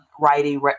writing